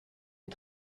est